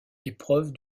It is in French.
épreuve